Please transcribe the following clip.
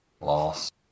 lost